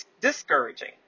discouraging